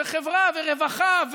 וחברה ורווחה,